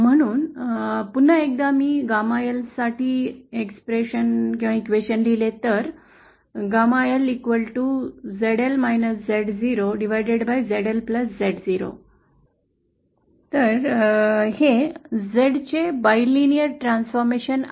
म्हणून पुन्हा एकदा मी gamma L साठी एक्सप्रेशन लिहिले तर हे Z चे द्विलारिक परिवर्तन आहे